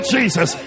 Jesus